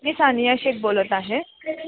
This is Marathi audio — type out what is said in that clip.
मी सानिया शेख बोलत आहे